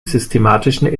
systematischen